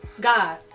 God